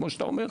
כמו שאתה אומר,